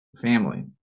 family